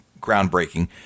groundbreaking